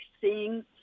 seeing